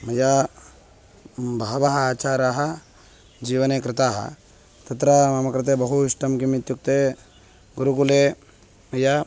मया बहवः आचाराः जीवने कृताः तत्र मम कृते बहु इष्टं किम् इत्युक्ते गुरुकुले मया